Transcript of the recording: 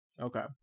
Okay